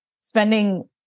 spending